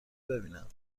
ببیند